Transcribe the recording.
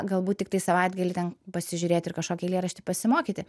galbūt tiktai savaitgalį ten pasižiūrėti ir kažkokį eilėraštį pasimokyti